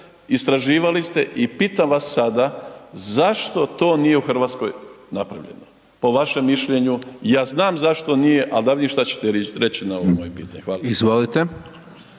istraživali ste i pitam vas sada zašto to nije u RH napravljeno po vašem mišljenju, ja znam zašto nije, ali da vidim šta ćete reći na ovo moje pitanje. Hvala. **Bunjac,